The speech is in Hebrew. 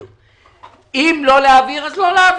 אם לא להעביר לא,